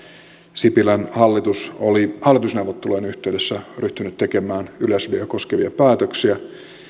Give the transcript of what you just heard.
sipilän hallitus oli hallitusneuvottelujen yhteydessä ryhtynyt tekemään yleisradiota koskevia päätöksiä